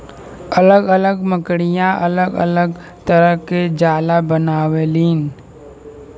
अलग अलग मकड़िया अलग अलग तरह के जाला बनावलीन